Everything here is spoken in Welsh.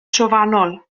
trofannol